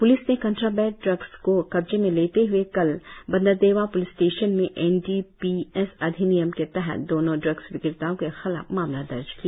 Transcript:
police ने contraband drugs को कब्जे में लेते हए कल बंदरदेवा प्लिस स्टेशन में एन डी पी एस अधिनियम के तहत दोनों ड्रग्स विक्रेताओं के खिलाफ मामला दर्ज किया